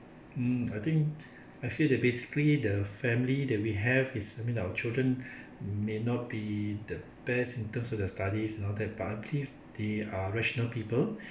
um I think I feel the basically the family that we have is I mean our children may not be the best in terms of their studies and all that but I believe they are rational people